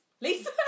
Lisa